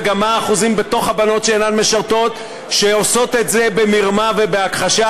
וגם מה האחוזים בתוך הבנות שאינן משרתות שעושות את זה במרמה ובכחש.